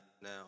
now